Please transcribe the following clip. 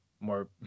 More